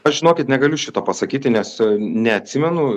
aš žinokit negaliu šito pasakyti nes neatsimenu